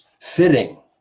fitting